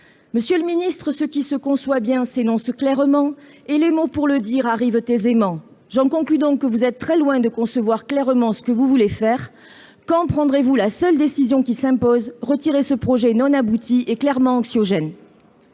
Monsieur le secrétaire d'État, « ce qui se conçoit bien s'énonce clairement et les mots pour le dire arrivent aisément ». J'en conclus donc que vous êtes très loin de concevoir clairement ce que vous voulez faire. Quand prendrez-vous la seule décision qui s'impose, à savoir retirer ce projet non abouti et clairement anxiogène